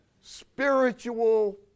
Spiritual